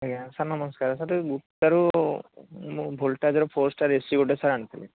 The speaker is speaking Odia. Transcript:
ଆଜ୍ଞା ସାର୍ ନମସ୍କାର ଟିକେ ସାର୍ ମୁଁ ଭୋଲ୍ଟାଜର four star sir A C ଗୋଟେ ସାର୍ ଆଣିଥିଲି